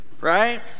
right